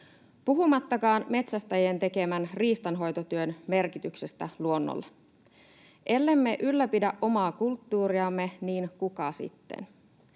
puhumattakaan metsästäjien tekemän riistanhoitotyön merkityksestä luonnolle. Ellemme ylläpidä omaa kulttuuriamme, niin kuka sitten?